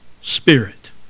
spirit